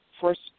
first